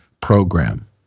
program